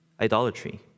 idolatry